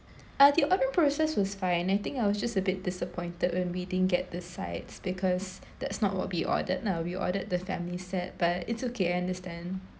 uh the other process was fine I think I was just a bit disappointed when we didn't get the sides because that's not what be ordered lah we ordered the family set but it's okay I understand